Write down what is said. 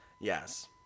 Yes